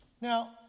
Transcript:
Now